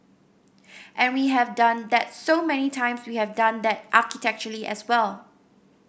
and we have done that so many times we have done that architecturally as well